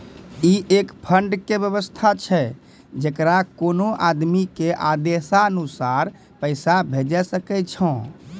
ई एक फंड के वयवस्था छै जैकरा कोनो आदमी के आदेशानुसार पैसा भेजै सकै छौ छै?